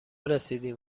رسیدیم